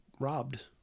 robbed